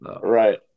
Right